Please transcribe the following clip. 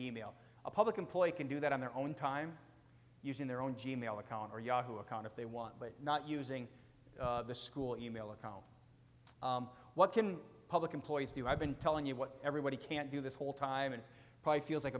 e mail a public employee can do that on their own time using their own g mail account or yahoo account if they want but not using the school email account what can public employees do i've been telling you what everybody can't do this whole time and probably feels like